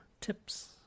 tips